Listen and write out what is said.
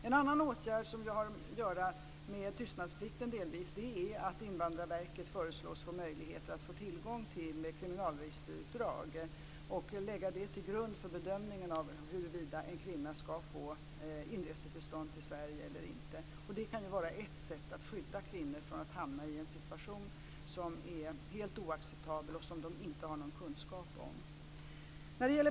En annan åtgärd som delvis har att göra med tystnadsplikten är att Invandrarverket föreslås få tillgång till kriminalregisterutdrag och lägga det till grund för bedömningen av huruvida en kvinna ska få inresetillstånd till Sverige eller inte. Det kan vara ett sätt att skydda kvinnor från att hamna i en situation som är helt oacceptabel och som de inte har någon kunskap om.